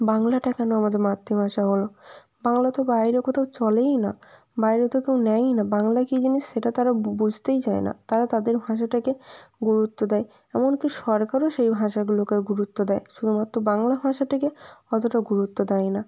বাংলাটা কেন আমাদের মাতৃভাষা হলো বাংলা তো বাইরে কোথাও চলেই না বাইরে তো কেউ নেয়ই না বাংলা কী জিনিস সেটা তারা বুঝতেই চায় না তারা তাদের ভাষাটাকে গুরুত্ব দেয় এমনকি সরকারও সেই ভাষাগুলোকে গুরুত্ব দেয় শুধুমাত্র বাংলা ভাষাটাকে অতটা গুরুত্ব দেয় না